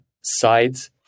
sides